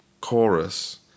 chorus